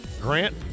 grant